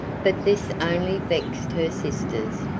but this only vexed her sisters,